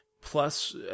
plus